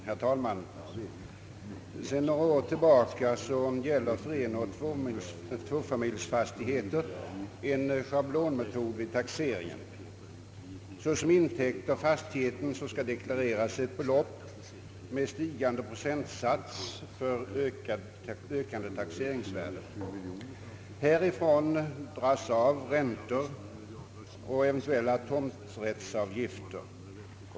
Herr talman! Sedan några år gäller för enoch tvåfamiljsfastigheter en schablonmetod vid taxering. Såsom intäkt av fastigheten skall deklareras ett belopp med stigande procentsats för ökande taxeringsvärde. Härifrån får dras av räntor och tomträttsavgifter.